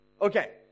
Okay